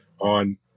on